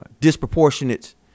disproportionate